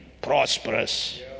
prosperous